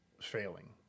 failing